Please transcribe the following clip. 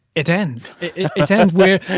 it ends it it ends where,